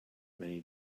many